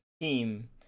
team